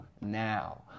now